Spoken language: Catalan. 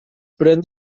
pren